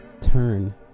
turn